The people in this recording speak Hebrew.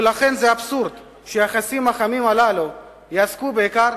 ולכן זה אבסורד שהיחסים החמים הללו יעסקו בעיקר